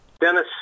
Dennis